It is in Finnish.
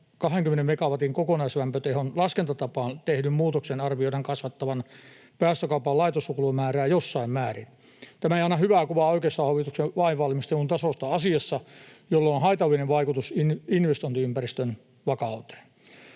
kokonaislämpötehon laskentatapaan tehdyn muutoksen arvioidaan kasvattavan päästökaupan laitoslukumäärää jossain määrin. Tämä ei anna hyvää kuvaa oikeistohallituksen lainvalmistelun tasosta asiassa, jolla on haitallinen vaikutus investointiympäristön vakauteen.